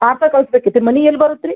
parcel ಕಳಿಸ ಬೇಕಿತ್ತು ಮನಿ ಎಲ್ಲಿ ಬರುತ್ತೆ ರೀ